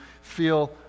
feel